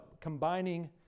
combining